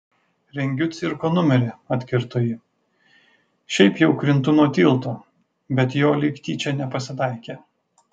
rengiu cirko numerį atkirto ji šiaip jau krintu nuo tilto bet jo lyg tyčia nepasitaikė